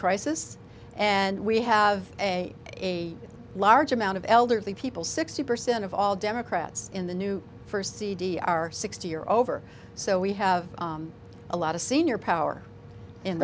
crisis and we have a a large amount of elderly people sixty percent of all democrats in the new first cd are sixty or over so we have a lot of senior power